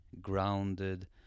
grounded